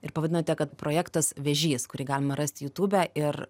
ir pavadinote kad projektas vėžys kurį galima rasti jutube ir